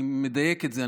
אני מדייק את זה,